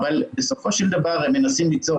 אבל אתה רואה חבורות של בני נוער שאין שום קשר בינם לבין